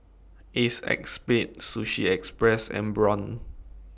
Ace X Spade Sushi Express and Braun